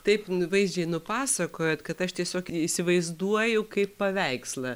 taip vaizdžiai nupasakojot kad aš tiesiog įsivaizduoju kaip paveikslą